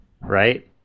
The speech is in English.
Right